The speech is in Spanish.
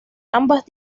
ambas